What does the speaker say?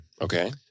Okay